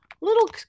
little